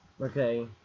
okay